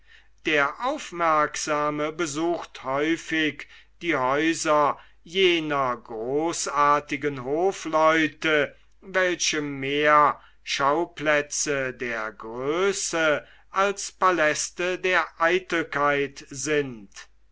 der aufmerksame besucht häufig die häuser jener großartigen hofleute welche mehr schauplätze der größe als paläste der eitelkeit sind